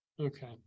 Okay